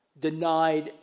denied